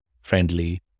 friendly